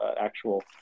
actual